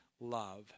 love